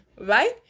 right